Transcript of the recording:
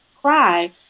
cry